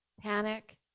panic